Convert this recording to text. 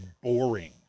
boring